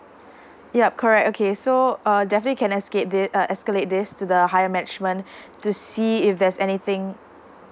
yup correct okay so err definitely can escalate this uh escalate this to the higher management to see if there's anything